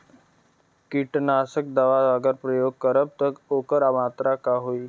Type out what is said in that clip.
कीटनाशक दवा अगर प्रयोग करब त ओकर मात्रा का होई?